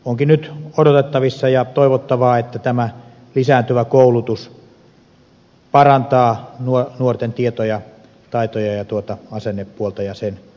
onkin nyt odotettavissa ja toivottavaa että tämä lisääntyvä koulutus parantaa nuorten tietoja taitoja ja tuota asennepuolta ja sen myötä turvallisuutta